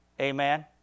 Amen